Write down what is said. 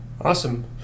Awesome